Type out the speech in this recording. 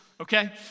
okay